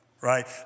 Right